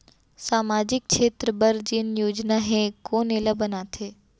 सामाजिक क्षेत्र बर जेन योजना हे कोन एला बनाथे?